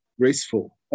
graceful